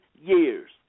years